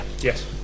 Yes